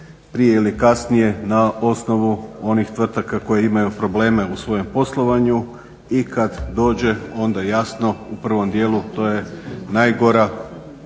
prije ili kasnije na osnovu onih tvrtaka koje imaju probleme u svojem poslovanju i kad dođe onda jasno u prvom dijelu to je najgora